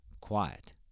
quiet